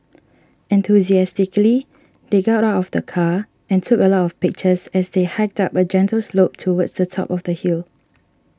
enthusiastically they got out of the car and took a lot of pictures as they hiked up a gentle slope towards the top of the hill